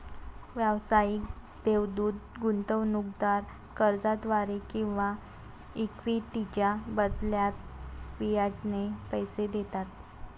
व्यावसायिक देवदूत गुंतवणूकदार कर्जाद्वारे किंवा इक्विटीच्या बदल्यात बियाणे पैसे देतात